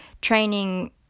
training